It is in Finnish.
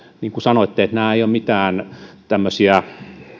niin kuin sanoitte nämä eivät ole mitään tämmöisiä